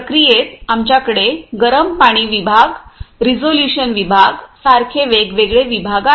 प्रक्रियेत आमच्याकडे गरम पाणी विभाग रेझोल्यूशन विभाग सारखे वेगवेगळे विभाग आहेत